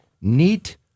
Neat